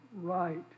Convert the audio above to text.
right